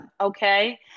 okay